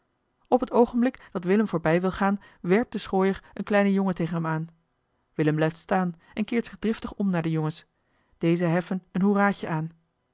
op het oogenblik dat willem voorbij wil gaan werpt de schooier een kleinen jongen tegen hem aan willem blijft staan en keert zich driftig om naar de jongens deze heffen een hoeraatje aan